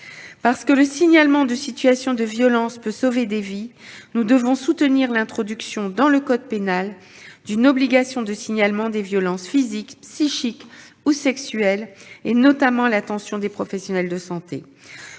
Parce que le signalement de situations de violences peut sauver des vies, nous devons soutenir l'introduction dans le code pénal d'une obligation de signalement des violences physiques, psychiques ou sexuelles, notamment pour les professionnels de santé.